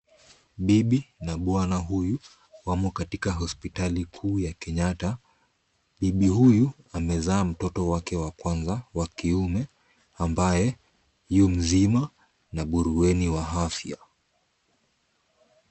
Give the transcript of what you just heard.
Bibi na bwana huyu wamo katika hospitali ya Kenyatta. Bibi huyu amezaa mtoto wake wa kwanza wa kiume ambaye yu mzima na buheri wa afya.